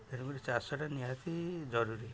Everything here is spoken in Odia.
ତେଣୁକରି ଚାଷଟା ନିହାତି ଜରୁରୀ